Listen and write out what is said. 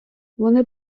вони